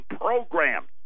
programs